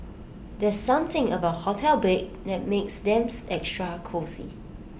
there's something about hotel beds that makes them extra cosy